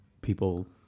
people